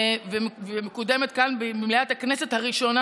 ומקודמת כאן במליאת הכנסת הראשונה